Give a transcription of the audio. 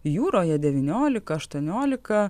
jūroje devyniolika aštuoniolika